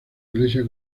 iglesia